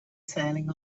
sailing